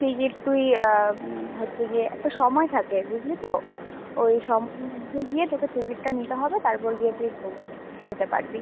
ticket তুই হচ্ছে গিয়ে একটা সময় থাকে বুঝলি তো ওই সময়ের মধ্যে গিয়ে তোকে টিকিটটা নিতে হবে তারপর গিয়ে তুই ভোগ নিতে পারবি